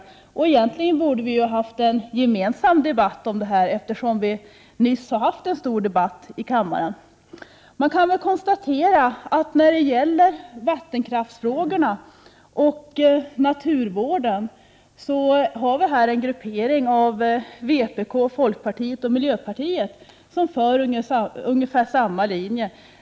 Vi borde egentligen haft en gemensam debatt i dessa frågor. Vi har ju nyss haft en stor gemensam debatt i denna kammare. När det gäller vattenkraftsfrågorna och naturvården kan man konstatera att det finns en gruppering bestående av vpk, folkpartiet och miljöpartiet som står för ungefär samma linje.